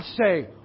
say